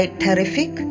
terrific